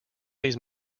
these